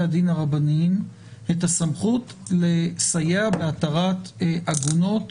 הדין הרבניים את הסמכות לסייע בהתרת עגונות